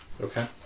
Okay